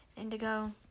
Indigo